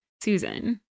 Susan